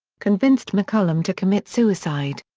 convinced mccollum to commit suicide.